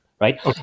right